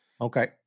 Okay